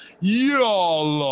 y'all